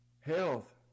Health